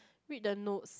read the notes